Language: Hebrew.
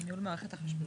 ואני מקווה שיקבל שוב.